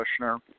Kushner